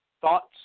Thoughts